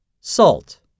Salt